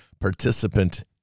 participant